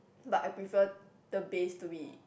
but I prefer the bass to be